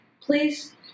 Please